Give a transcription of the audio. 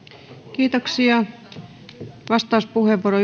vastauspuheenvuoro